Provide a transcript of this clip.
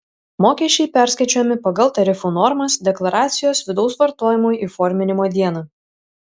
mokesčiai perskaičiuojami pagal tarifų normas deklaracijos vidaus vartojimui įforminimo dieną